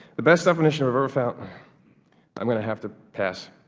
the best definition i've ever found i'm going to have to pass